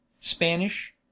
Spanish